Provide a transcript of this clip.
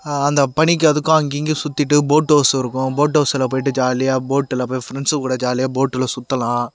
அந்த பனிக்கும் அதுக்கும் அங்கிங்கேயும் சுத்திட்டு போட் ஹவுஸ் இருக்கும் போட் ஹவுஸ்ல போய்ட்டு ஜாலியாக போட்ல போய் ஃப்ரெண்ட்ஸ்ஸுங்க கூட ஜாலியாக போட்ல சுத்தலாம்